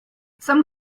some